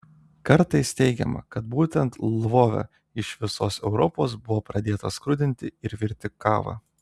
kartais teigiama kad būtent lvove iš visos europos buvo pradėta skrudinti ir virti kava